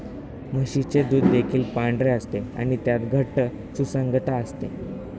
म्हशीचे दूध देखील पांढरे असते आणि त्यात घट्ट सुसंगतता असते